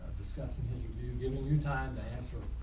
discussing interview giving you time to answer.